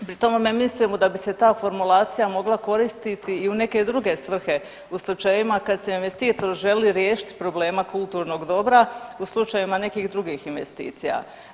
Pri tome mislimo da bi se ta formulacija mogla koristiti i u neke druge svrhe u slučajevima kad se investitor želi riješiti problema kulturnog dobra u slučajevima nekih drugih investicija.